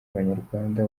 abanyarwanda